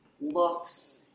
looks